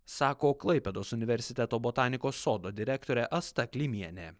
sako klaipėdos universiteto botanikos sodo direktorė asta klimienė